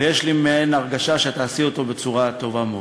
ויש לי הרגשה שאת תעשי אותו בצורה טובה מאוד.